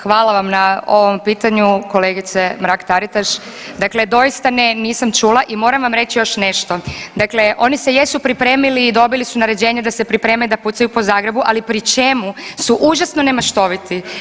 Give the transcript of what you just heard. Hvala vam na ovom pitanju kolegice Mrak-Taritaš, dakle doista ne nisam čula i moram vam reći još nešto, dakle oni se jesu pripremili i dobili su naređenje da se pripreme da pucaju po Zagrebu ali pri čemu su užasno nemaštoviti.